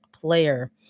player